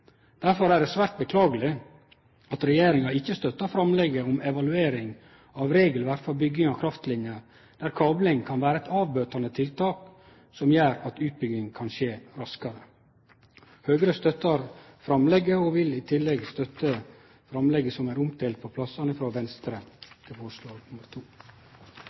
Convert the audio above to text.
Derfor er det svært beklageleg at regjeringa ikkje støttar framlegget om evaluering av regelverket for bygging av kraftlinjer der kabling kan vere eit avbøtande tiltak som gjer at utbygging kan skje raskare. Høgra tek opp framlegget frå Framstegspartiet, Høgre og Kristeleg Folkeparti og vil i tillegg støtte det framlegget som er omdelt